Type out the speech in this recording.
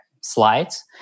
slides